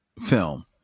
film